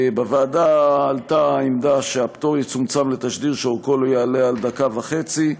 בוועדה עלתה העמדה שהפטור יצומצם לתשדיר שאורכו לא יעלה על דקה וחצי.